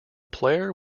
player